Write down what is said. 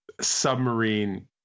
submarine